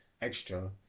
extra